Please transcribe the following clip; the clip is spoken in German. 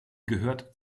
gehört